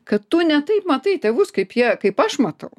kad tu ne taip matai tėvus kaip jie kaip aš matau